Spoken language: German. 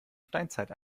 steinzeit